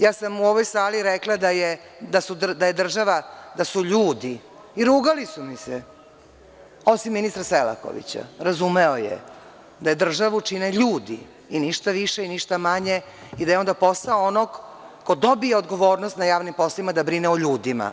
Ja sam u ovoj sali rekla da je država, da su ljudi i rugali su mi se, osim ministra Selakovića, razumeo je da državu čine ljudi, i ništa više i ništa manje, i da je onda posao onog ko dobije odgovornost na javnim poslovima da brine o ljudima.